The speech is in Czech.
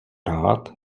rád